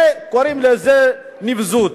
קוראים לזה נבזות.